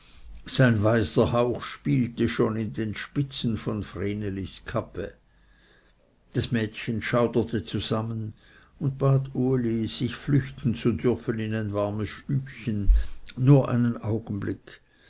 sein weißer hauch spielte schon in den spitzen von vrenelis kappe das mädchen schauderte zusammen und bat uli sich flüchten zu dürfen in ein warmes stübchen nur einen augenblick